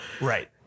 right